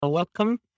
Welcome